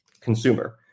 consumer